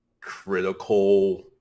critical